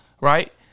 right